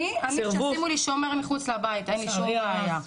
אני שישימו לי שומר מחוץ לבית, אין לי שום בעיה.